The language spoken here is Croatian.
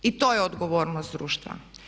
I to je odgovornost društva.